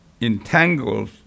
entangles